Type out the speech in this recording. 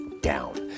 down